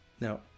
Now